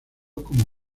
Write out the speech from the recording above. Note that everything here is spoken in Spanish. como